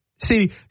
See